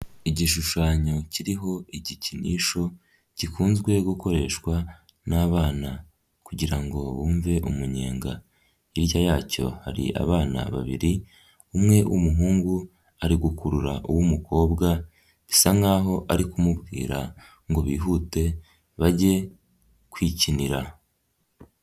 Igishushanyo kiriho igikinisho, gikunzwe gukoreshwa n'abana kugira ngo bumve umunyenga, hirya yacyo hari abana babiri umwe w'umuhungu ari gukurura uw'umukobwa, bisa nkaho ari kumubwira ngo bihute bajye kwikinira.